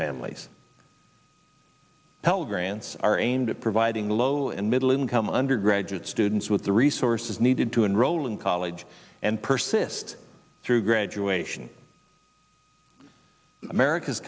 grants are aimed at providing low and middle income undergraduate students with the resources needed to enroll in college and persist through graduation america's